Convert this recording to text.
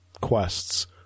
quests